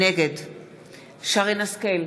נגד שרן השכל,